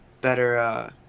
Better